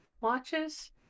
watches